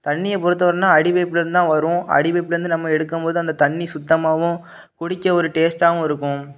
தண்ணியை பொறுத்தவரைன்னா அடி பைப்லேருந்து தான் வரும் அடி பைப்லேருந்து நம்ம எடுக்கும் போது அந்த தண்ணி சுத்தமாகவும் குடிக்க ஒரு டேஸ்டாகவும் இருக்கும்